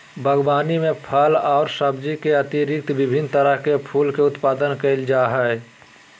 बागवानी में फल और सब्जी के अतिरिक्त विभिन्न तरह के फूल के उत्पादन करल जा हइ